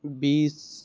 বিছ